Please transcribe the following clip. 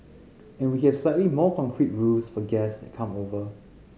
and we have slightly more concrete rules for guests that come over